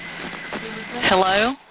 Hello